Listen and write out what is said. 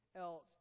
else